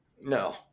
No